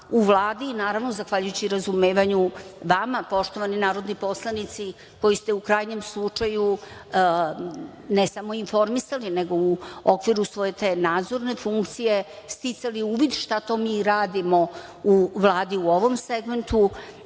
u Vladi i, naravno, zahvaljujući razumevanju vama, poštovani narodni poslanici, koji ste, u krajnjem slučaju, ne samo informisali, nego u okviru svoje te nadzorne funkcije sticali uvid šta to mi radimo u Vladi u ovom segmentu,